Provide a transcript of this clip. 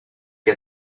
que